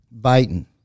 Biden